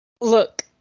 Look